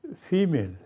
female